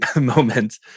moment